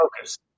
focus